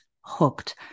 hooked